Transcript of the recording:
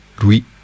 Louis